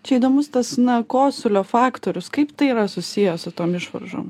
čia įdomus tas na kosulio faktorius kaip tai yra susiję su tom išvaržom